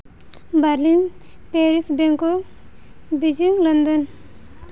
Berlin Paris Bangkok Beijing London